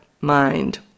mind